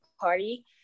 party